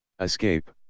Escape